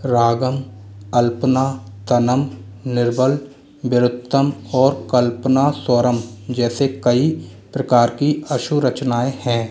रागम अल्पना तनम निरवल विरुत्तम और कल्पनास्वरम जैसे कई प्रकार की आशुरचनाएँ हैं